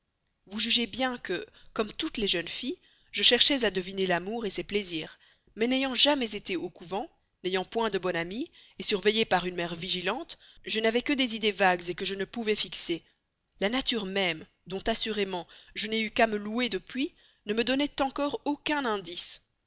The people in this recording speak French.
vous jugez bien que comme toutes les jeunes filles je cherchais à deviner l'amour ses plaisirs mais n'ayant jamais été au couvent n'ayant point de bonne amie surveillée par une mère vigilante je n'avais que des idées vagues que je ne pouvais fixer la nature même dont assurément je n'ai eu qu'à me louer depuis ne me donnait encore aucun indice